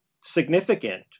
significant